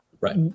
Right